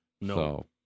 No